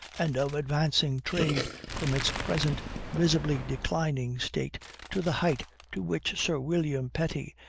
and of advancing trade from its present visibly declining state to the height to which sir william petty,